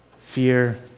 Fear